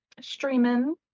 streaming